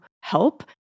help